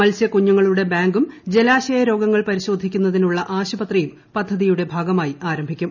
മത്സ്യക്കുഞ്ഞുങ്ങളുടെ ബാങ്കും ജലാശയ രോഗങ്ങൾ പരിശോധിക്കുന്നതിനുള്ള ആശുപത്രിയും പദ്ധതിയുടെ ഭാഗമായി ആരംഭിക്കും